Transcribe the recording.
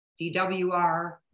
DWR